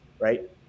right